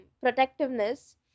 protectiveness